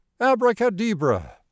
abracadabra